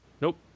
Nope